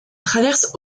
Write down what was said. traverse